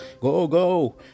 go-go